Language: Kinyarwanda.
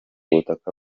ubutaka